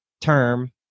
term